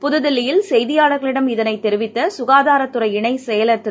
புதுதில்லியில் செய்தியாளர்களிடம் இதனைதெரிவித்தசுகாதாரத்துறை இணைச் செயலர் திரு